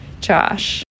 Josh